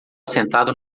sentado